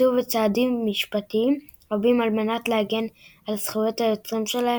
נקטו בצעדים משפטיים רבים על מנת להגן על זכויות היוצרים שלהם,